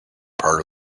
part